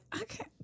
okay